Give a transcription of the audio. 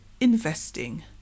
investing